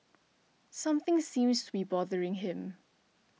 something seems to be bothering him